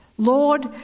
Lord